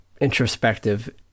introspective